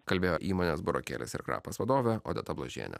kalbėjo įmonės burokėlis ir krapas vadovė odeta bložienė